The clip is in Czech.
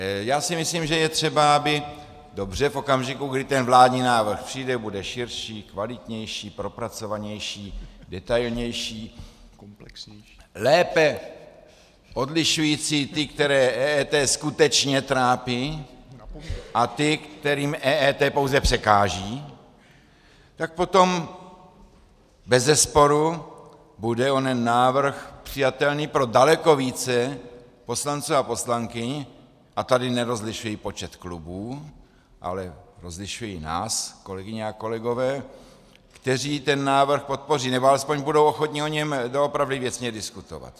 Já si myslím, že je třeba, aby, dobře, v okamžiku, kdy ten vládní návrh přijde, bude širší, kvalitnější, propracovanější, detailnější, lépe odlišující ty, které EET skutečně trápí, a ty, kterým EET pouze překáží, tak potom bezesporu bude onen návrh přijatelný pro daleko více poslanců a poslankyň a tady nerozlišuji počet klubů, ale rozlišuji nás, kolegyně a kolegové kteří ten návrh podpoří nebo aspoň budou ochotni o něm doopravdy věcně diskutovat.